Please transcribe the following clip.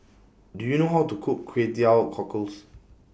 Do YOU know How to Cook Kway Teow Cockles